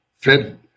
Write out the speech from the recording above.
Fed